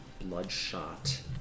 bloodshot